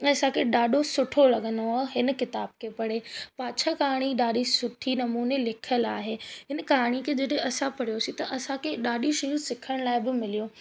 ऐं असांखे ॾाढो सुठो लॻंदो हुओ हिन किताब खे पढ़े पाछा कहाणी ॾाढी सुठी नमूने लिखियलु आहे हिन कहाणीअ खे जॾहिं असां पढ़ियोसीं त असांखे ॾाढी शयूं सिखण लाइ बि मिलियूं